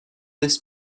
this